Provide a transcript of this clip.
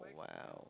!wow!